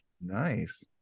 nice